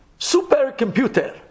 supercomputer